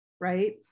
right